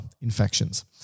infections